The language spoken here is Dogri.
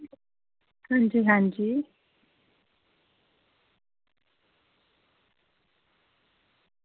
हां जी हां जी